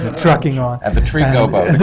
ah trucking on. and the tree gobo